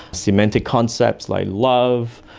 cemented concepts like love,